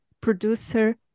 producer